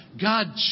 God